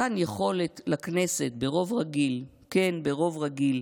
מתן יכולת לכנסת ברוב רגיל, כן, ברוב רגיל,